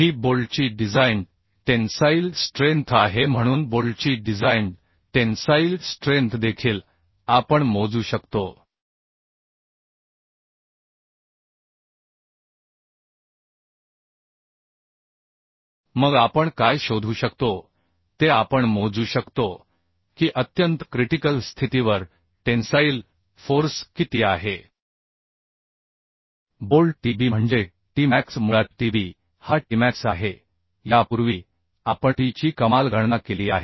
ही बोल्टची design tensile strength आहे म्हणून बोल्टची डिझाइन टेन्साईल स्ट्रेंथ देखील आपण मोजू शकतो मग आपण काय शोधू शकतो ते आपण मोजू शकतो की अत्यंत क्रिटिकल स्थितीवर टेन्साईल फोर्स किती आहे बोल्ट Tb म्हणजे T मॅक्स मुळातTb हा Tमॅक्स आहे यापूर्वी आपणT ची कमाल गणना केली आहे